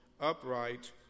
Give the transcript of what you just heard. upright